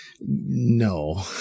No